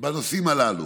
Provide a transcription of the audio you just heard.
בנושאים הללו.